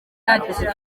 ati